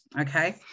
okay